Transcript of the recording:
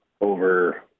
over